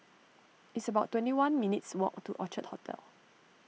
it's about twenty one minutes' walk to Orchard Hotel